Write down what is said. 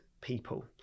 people